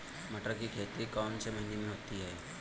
मटर की खेती कौन से महीने में होती है?